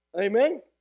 Amen